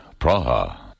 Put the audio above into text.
Praha